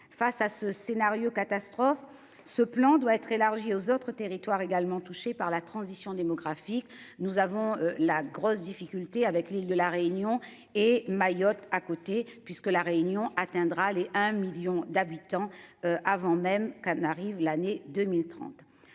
face à ce scénario catastrophe. Ce plan doit être élargie aux autres territoires également touchés par la transition démographique. Nous avons la grosse difficulté avec l'île de la Réunion et Mayotte à côté puisque la Réunion atteindra les un million d'habitants avant même qu'on arrive. L'année 2030